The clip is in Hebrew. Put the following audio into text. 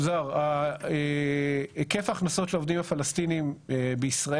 מוזר כי היקף ההכנסות של העובדים הפלסטינים בישראל